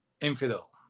infidel